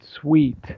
sweet